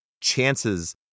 chances